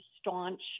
staunch